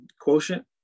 quotient